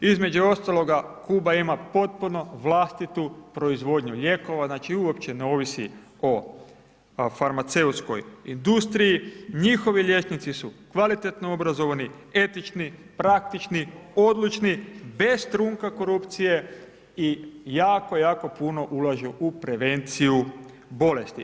Između ostaloga Kuba ima potpuno vlastitu proizvodnju lijekova, znači uopće ne ovisi o farmaceutskoj industriji, njihovi liječnici su kvalitetno obrazovani, etični, praktični, odlučni bez trunka korupcije i jako, jako puno ulažu u prevenciju bolesti.